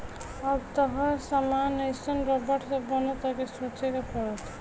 अब त हर सामान एइसन रबड़ से बनता कि सोचे के पड़ता